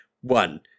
One